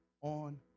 on